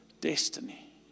destiny